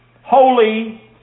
holy